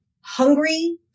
hungry